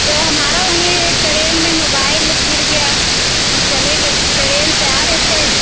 तो हमारा वहीं एक ट्रेन में मोबाइल गिर गया हम चले गए ट्रेन से आ रहे थे